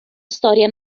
storia